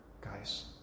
guys